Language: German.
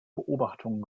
beobachtungen